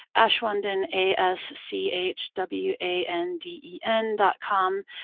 aschwanden, a s c h w a n d e n dot com.